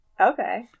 Okay